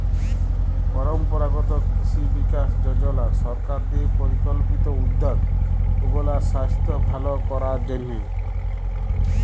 পরম্পরাগত কিসি বিকাস যজলা সরকার দিঁয়ে পরিকল্পিত উদ্যগ উগলার সাইস্থ্য ভাল করার জ্যনহে